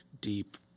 deep